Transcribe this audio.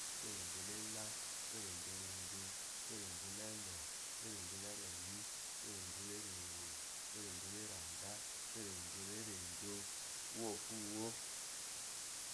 Úwoperedo la ela úheperdo la edo uweperedo la eho enepero la ereni uweperedo la erewo uweparedo la arenda uweperedo la erodo uwɔ́epuuwyo.